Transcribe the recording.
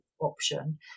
option